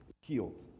healed